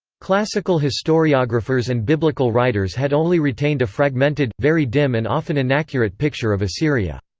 classical historiographers and biblical writers had only retained a fragmented, very dim and often inaccurate picture of assyria.